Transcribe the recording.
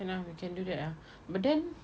can ah we can do that ah but then